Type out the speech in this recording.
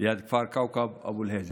ליד כפר כווכב אבו אל-היג'א,